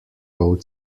road